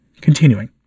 Continuing